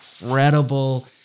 incredible